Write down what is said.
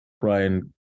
Brian